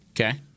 okay